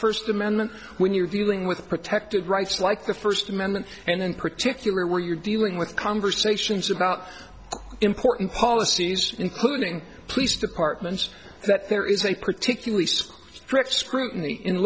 first amendment when you're dealing with protected rights like the first amendment and in particular where you're dealing with conversations about important policies including police departments that there is a particular piece strict scrutiny in